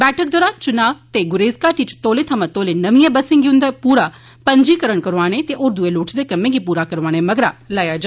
बैठक दौरान चुनाव ते गुरेज़ घाटी च तौले थमां तौले नमिएं बसें गी उन्दा पूरा पंजीकरण करोआने ते होर दूए लोड़चदे कम्में गी पूरा करोआने मगरा लाया जा